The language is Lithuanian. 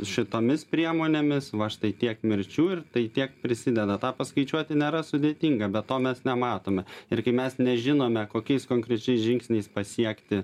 šitomis priemonėmis va štai tiek mirčių ir tai tiek prisideda tą paskaičiuoti nėra sudėtinga bet to mes nematome ir kai mes nežinome kokiais konkrečiais žingsniais pasiekti